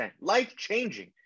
life-changing